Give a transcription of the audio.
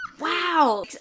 wow